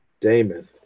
Damon